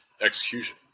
execution